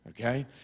Okay